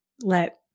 let